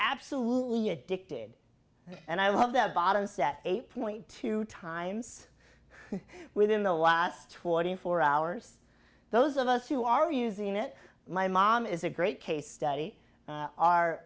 absolutely addicted and i love that bottom set eight point two times within the last twenty four hours those of us who are using it my mom is a great case study